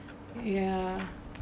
ya